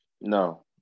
No